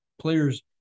Players